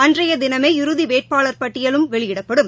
அன்றைய தினமே இறுதி வேட்பாளர் பட்டியலில் வெளியிடப்படும